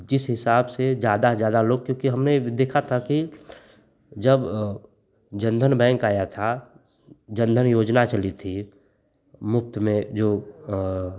जिस हिसाब से ज़्यादा से ज़्यादा लोग क्योंकि हमने देखा था कि जब जनधन बैंक आया था जनधन योजना चली थी मुफ़्त में जो